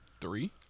three